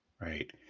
right